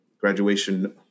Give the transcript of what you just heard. graduation